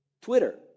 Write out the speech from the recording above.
Twitter